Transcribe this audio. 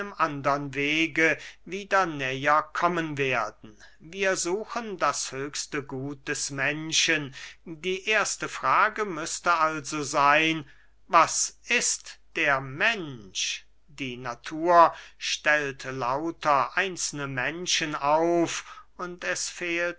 andern wege wieder näher kommen werden wir suchen das höchste gut des menschen die erste frage müßte also seyn was ist der mensch die natur stellt lauter einzelne menschen auf und es fehlt